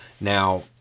Now